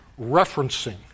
referencing